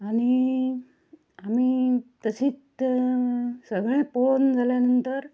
आनी आमी तशीत सगळे पोळोन जाल्या नंतर